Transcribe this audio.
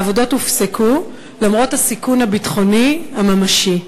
העבודות הופסקו, למרות הסיכון הביטחוני הממשי.